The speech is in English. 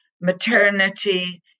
maternity